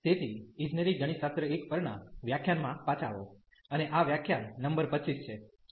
તેથી ઇજનેરી ગણિતશાસ્ત્ર 1 પરના વ્યાખ્યાનમાં પાછા આવો અને આ વ્યાખ્યાન નંબર 25 છે